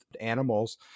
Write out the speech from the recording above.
animals